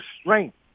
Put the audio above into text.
strength